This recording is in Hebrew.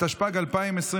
התשפ"ג 2023,